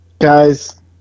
guys